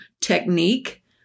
technique